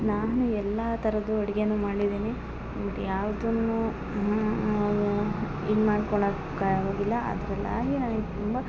ನಾನು ಎಲ್ಲಾ ಥರದ್ದು ಅಡ್ಗೆನು ಮಾಡಿದ್ದೀನಿ ಇಡ್ ಯಾವುದನ್ನ ಇದು ಮಾಡ್ಕೊಳಕ್ಕೆ ಆಗೊದಿಲ್ಲ ಅದ್ರಲ್ಲಾಗಿ ನನಗೆ ತುಂಬ